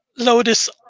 Lotus